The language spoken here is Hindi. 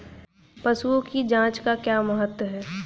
पशुओं की जांच का क्या महत्व है?